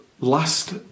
last